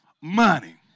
Money